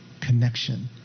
connection